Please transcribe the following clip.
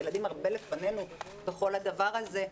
הילדים נמצאים הרבה לפנינו בכל הדבר הזה.